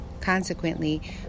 Consequently